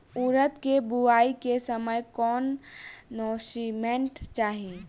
उरद के बुआई के समय कौन नौरिश्मेंट चाही?